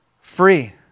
free